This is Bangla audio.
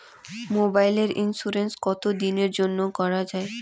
মোবাইলের ইন্সুরেন্স কতো দিনের জন্যে করা য়ায়?